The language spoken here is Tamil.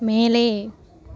மேலே